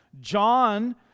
John